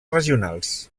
regionals